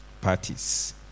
parties